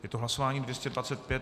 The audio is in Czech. Je to hlasování 225.